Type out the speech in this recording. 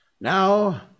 Now